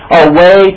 away